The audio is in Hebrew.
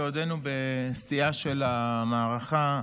בעודנו בשיאה של המערכה,